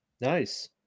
Nice